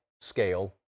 scale